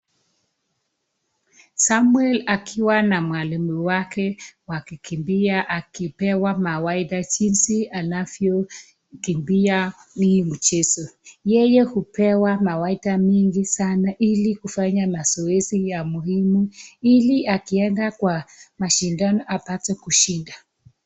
Samuel akiwa na mwalimu wake wakikimbia akipewa mawaitha jinsi anavyokimbia hii mchezo. Yeye hupewa mawaitha mingi sana ili kufanya mazoezi ya muhimu ili akienda kwa mashindano apate kushinda.